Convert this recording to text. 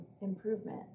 improvement